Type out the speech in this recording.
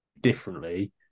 differently